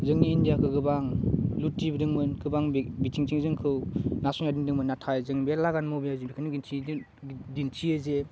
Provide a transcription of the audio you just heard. जोंनि इण्डियाखौ गोबां लुथिबोदोंमोन गोबां बिथिंजों जोंखौ नासयना दोंमोन नाथाय जोंनि बे लागान मभिजों बेखौनो दिन्थिदों दिन्थियो जे